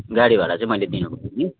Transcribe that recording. गाडी भाडा चाहिँ मैले दिनुपऱ्यो नि